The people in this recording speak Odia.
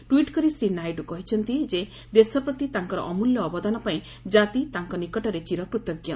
ଟ୍ୱିଟ୍ କରି ଶ୍ରୀ ନାଇଡୁ କହିଛନ୍ତି ଯେ ଦେଶ ପ୍ରତି ତାଙ୍କର ଅମୂଲ୍ୟ ଅବଦାନ ପାଇଁ ଜାତି ତାଙ୍କ ନିକଟରେ ଚିର କୃତଜ୍ଞ